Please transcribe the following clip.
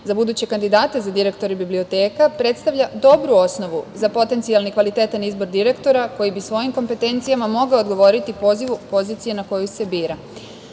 za buduće kandidate za direktore biblioteka predstavlja dobru osnovu za potencijalan i kvalitetan izbor direktora koji bi svojim kompetencijama mogao odgovoriti pozivu/poziciji na koju se bira. Uloga